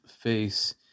face